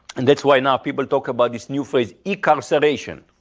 and that's why now people talk about this new phase e-carceration,